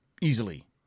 Easily